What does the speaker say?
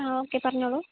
ആ ഓക്കേ പറഞ്ഞോളൂ